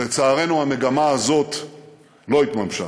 לצערנו, המגמה הזאת לא התממשה,